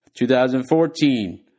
2014